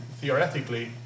theoretically